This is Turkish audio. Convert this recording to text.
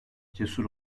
cesur